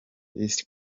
east